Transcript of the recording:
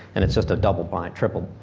and it's just a double blind, triple,